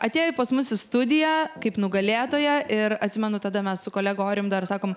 atėjo pas mus į studiją kaip nugalėtoja ir atsimenu tada mes su kolega orijum dar sakom